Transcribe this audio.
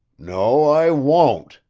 no, i won't,